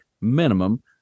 minimum